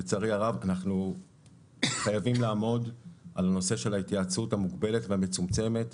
אנחנו חייבים לעמוד על הנושא של ההתייעצות המוגבלת והמצומצמת.